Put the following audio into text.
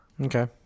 Okay